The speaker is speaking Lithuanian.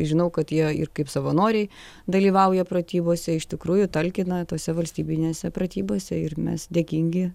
žinau kad jie ir kaip savanoriai dalyvauja pratybose iš tikrųjų talkina tose valstybinėse pratybose ir mes dėkingi